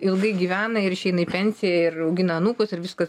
ilgai gyvena ir išeina į pensiją ir augina anūkus ir viskas